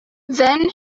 then